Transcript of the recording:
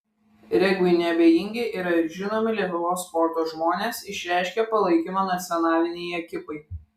regbiui neabejingi yra ir žinomi lietuvos sporto žmonės išreiškę palaikymą nacionalinei ekipai